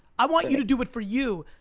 i want you to do it for you.